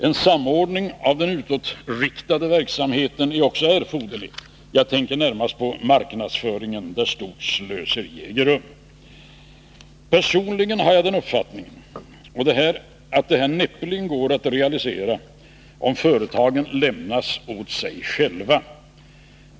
En samordning av den utåtriktade verksamheten är också erforderlig. Jag tänker närmast på marknadsföringen, där stort slöseri förekommer. Personligen har jag den uppfattningen att det här näppeligen går att realisera, om företagen lämnas åt sig själva.